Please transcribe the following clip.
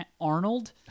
arnold